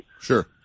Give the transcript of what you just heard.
Sure